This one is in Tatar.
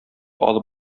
алып